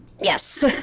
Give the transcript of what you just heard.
Yes